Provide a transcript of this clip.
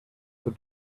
for